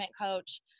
coach